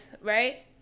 right